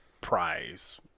prize